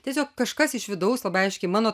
tiesiog kažkas iš vidaus labai aiškiai mano